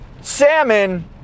salmon